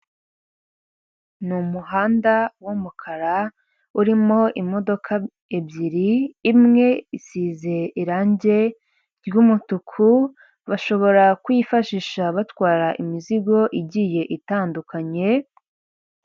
Ni umuhanda w'umukara urimo imodoka ebyiri, imwe isize irange ry'umutuku, bashobora kuyifashisha batwara imizigo igiye itandukanye.